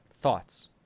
thoughts